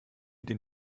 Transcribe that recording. den